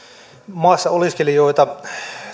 maassa oleskelijoita